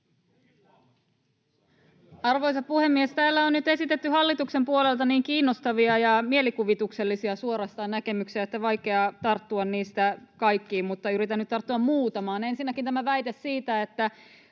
Arvoisa puhemies! Täällä on nyt esitetty hallituksen puolelta niin kiinnostavia ja suorastaan mielikuvituksellisia näkemyksiä, että on vaikea tarttua niistä kaikkiin, mutta yritän nyt tarttua muutamaan. Ensinnäkin väite siitä, että